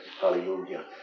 Hallelujah